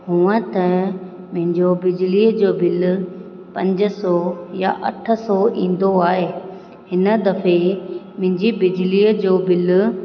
हूअं त मुंहिंजो बिजलीअ जो बिल पंज सो या अठ सो ईंदो आहे हिन दफ़े मुंहिंजी बिजलीअ जो बिल